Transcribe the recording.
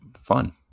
fun